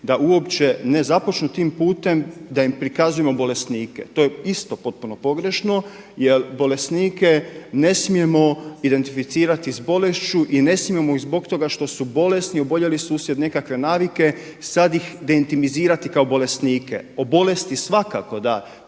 da uopće ne započnu tim putem, da im prikazujemo bolesnike, to je isto potpuno pogrešno jer bolesnike ne smijemo identificirati sa bolešću i ne smijemo ih zbog toga što su bolesni, oboljeli su uslijed nekakve navike, sada ih deintimizirati kao bolesnike. O bolesti svakako da